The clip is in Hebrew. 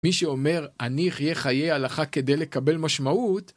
מי שאומר אני אחיה חיי הלכה כדי לקבל משמעות